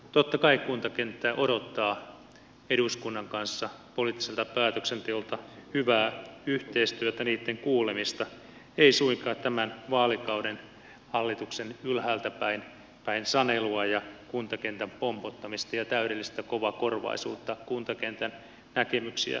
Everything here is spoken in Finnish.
totta kai kuntakenttä odottaa eduskunnan kanssa poliittiselta päätöksenteolta hyvää yhteistyötä kuntakentän kuulemista ei suinkaan tämän vaalikauden hallituksen ylhäältäpäin sanelua ja kuntakentän pompottamista ja täydellistä kovakorvaisuutta kuntakentän näkemyksiä kohtaan